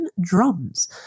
drums